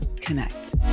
connect